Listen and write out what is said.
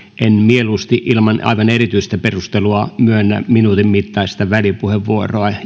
en mieluusti ilman aivan erityistä perustelua myönnä minuutin mittaista välipuheenvuoroa